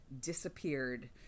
disappeared